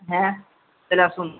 হ্যাঁ তাহলে আসুন